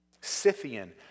Scythian